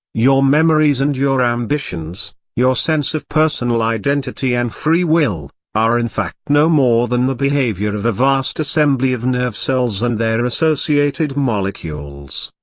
your memories and your ambitions, your sense of personal identity and free will, are in fact no more than the behaviour of a vast assembly of nerve cells and their associated molecules.